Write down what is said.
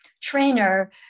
trainer